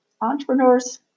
Entrepreneurs